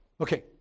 Okay